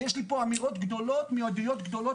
יש לי פה אמירות גדולות מעדויות גדולות